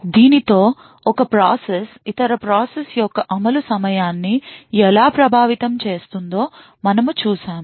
దీనితో ఒక ప్రాసెస్ ఇతర ప్రాసెస్ యొక్క అమలు సమయాన్ని ఎలా ప్రభావితం చేస్తుందో మనం చూశాము